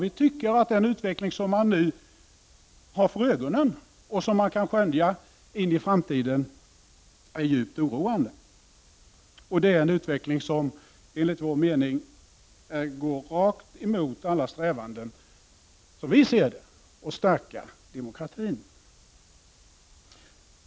Vi tycker att den utveckling som vi nu har för ögonen och som kanske kan skönjas i framtiden är mycket oroande. Det är en utveckling som enligt vår mening går rakt emot alla strävanden att stärka demokratin.